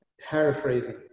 Paraphrasing